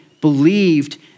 believed